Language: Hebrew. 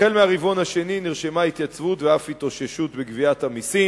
החל מהרבעון השני נרשמה התייצבות ואף התאוששות בגביית המסים.